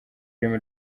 rurimi